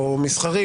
או מסחר,